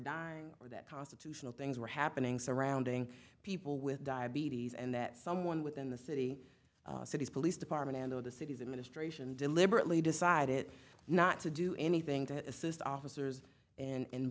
dying or that constitutional things were happening surrounding people with diabetes and that someone within the city city's police department and or the city's administration deliberately decided not to do anything to assist officers and